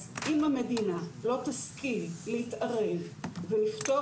אז אם המדינה לא תשכיל להתערב ולפתור